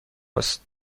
است